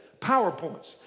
PowerPoints